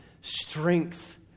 strength